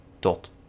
dot